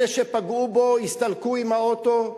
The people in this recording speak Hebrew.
אלה שפגעו בו הסתלקו עם האוטו,